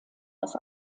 das